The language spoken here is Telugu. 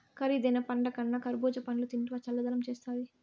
కరీదైన పండ్లకన్నా కర్బూజా పండ్లు తింటివా చల్లదనం చేస్తాది